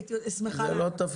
הייתי שמחה --- זה לא תפקידה,